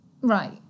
Right